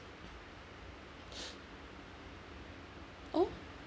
oh